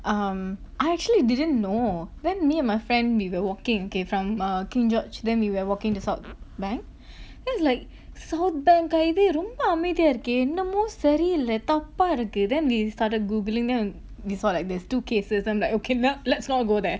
um I actually didn't know then me and my friend we were walking okay from uh king george then we were walking to south bank then I was like south bank ah இது ரொம்ப அமைதியா இருக்கே என்னமோ சரியில்ல தப்பா இருக்கு:ithu romba amaithiyaa irukkae ennamo sariyilla thappaa irukku then they started googling then we saw like there's two cases then I'm like okay nope let's not go there